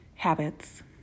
habits